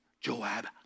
Joab